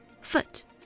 Foot